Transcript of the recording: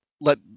let